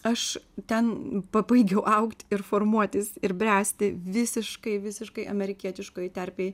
aš ten pabaigiau augt ir formuotis ir bręsti visiškai visiškai amerikietiškoj terpėj